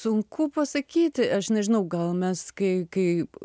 sunku pasakyti aš nežinau gal mes kai kaip